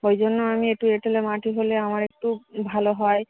ওই জন্য আমি একটু এঁটেল মাটি হলে আমার একটু ভালো হয়